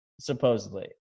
Supposedly